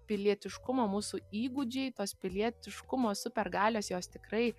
pilietiškumo mūsų įgūdžiai tos pilietiškumo supergalios jos tikrai